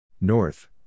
North